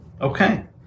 Okay